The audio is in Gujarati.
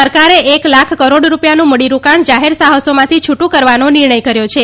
સરકારે એક લાખ કરોડ રૂપિયાનું મૂડી રોકાણ જાહેર સાહસોમાંથી છૂટું કરવાનો નિર્ણય કર્યો છે